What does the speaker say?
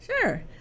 Sure